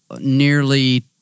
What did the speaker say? nearly